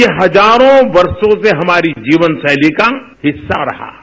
ये हजारों वर्षो से हमारी जीवन शैली का हिस्सा रहा है